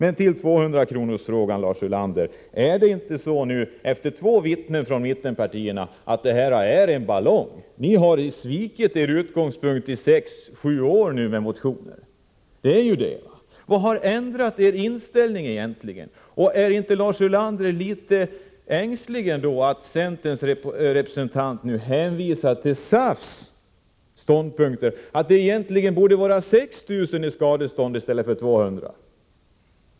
Efter att ha lyssnat på två företrädare för mittenpartierna frågar jag: Är inte 200-kronorsregeln en ballong? Socialdemokraterna har efter sex sju års motionsskrivande nu svikit sina löften. Vad har egentligen ändrat er inställning? Blir inte Lars Ulander litet ängslig när centerns representant nu hänvisar till SAF:s ståndpunkter, att det egentligen borde vara 6 000 kr. i skadestånd i stället för 200 kr.?